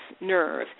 nerve